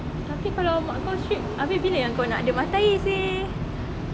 tapi kalau mak kau strict abeh bila kau nak ada matair seh